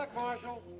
like marshal.